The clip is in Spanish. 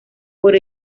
por